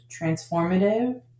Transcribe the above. transformative